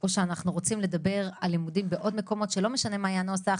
או שאנחנו רוצים לדבר על לימודים בעוד מקומות שלא משנה מה יהיה הנוסח,